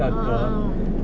uh